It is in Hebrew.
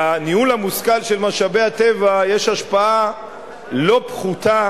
לניהול המושכל של משאבי הטבע יש השפעה לא פחותה